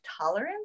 tolerance